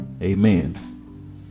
Amen